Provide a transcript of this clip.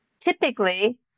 typically